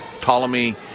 Ptolemy